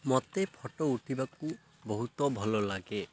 ମୋତେ ଫଟୋ ଉଠେଇବାକୁ ବହୁତ ଭଲ ଲାଗେ